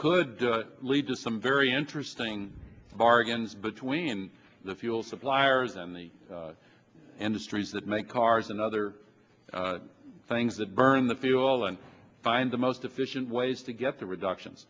could lead to some very interesting bargains between the fuel suppliers and the industries that make cars and other things that burn the fuel and find the most efficient ways to get the reduction